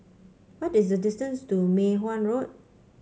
what is the distance to Mei Hwan Road